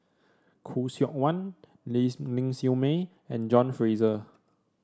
Khoo Seok Wan Lees Ling Siew May and John Fraser